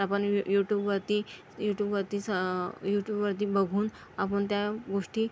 आपण यू यूटूबवरती यूटूबवरतीच यूटूबवरती बघून आपण त्या गोष्टी